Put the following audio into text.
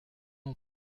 mon